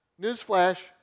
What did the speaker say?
Newsflash